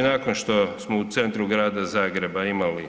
Nakon što smo u centru Grada Zagreba imali